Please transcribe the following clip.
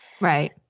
right